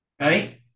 Right